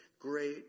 great